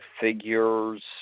figures